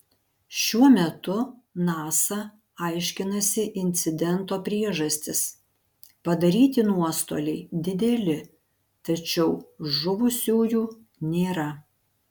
šiuo metu nasa aiškinasi incidento priežastis padaryti nuostoliai dideli tačiau žuvusiųjų nėra